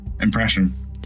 impression